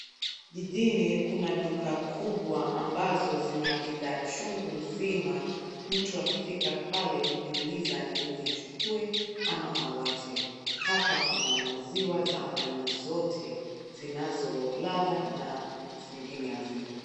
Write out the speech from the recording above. Jijini kuna duka kubwa ambazo zina bidhaa chungu nzima mtu akifika pale hujiuliza ni nini achukue ama awache. Hapa kuna maziwa za aina zote zinazo ladha na zingine hazina.